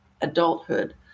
adulthood